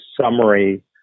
summary